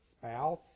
spouse